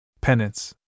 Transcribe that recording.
Penance